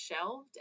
shelved